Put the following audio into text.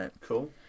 Cool